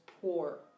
poor